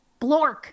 blork